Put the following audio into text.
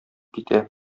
китә